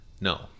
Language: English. No